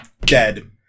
Dead